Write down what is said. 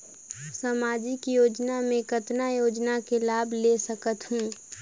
समाजिक योजना मे कतना योजना मे लाभ ले सकत हूं?